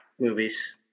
movies